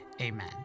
Amen